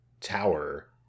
tower